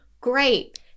great